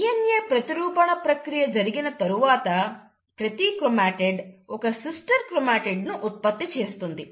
DNA ప్రతిరూపణ ప్రక్రియ జరిగిన తరువాత ప్రతి క్రోమాటిడ్ ఒక సిస్టర్ క్రోమాటిడ్ ను ఉత్పత్తి చేస్తుంది